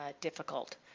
difficult